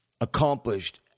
accomplished